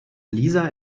lisa